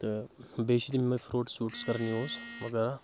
تہٕ بیٚیہِ چھِ تِم فروٹ وٗٹٕس کَرَان یوٗز وغیرہ